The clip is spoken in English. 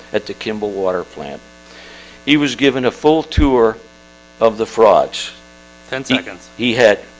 at the kimball water plant he was given a full tour of the froch ten seconds he had